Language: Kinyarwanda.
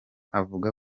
avuga